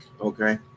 Okay